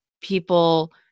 people